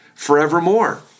Forevermore